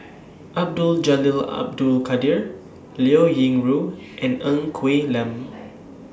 Abdul Jalil Abdul Kadir Liao Yingru and Ng Quee Lam